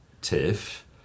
Tiff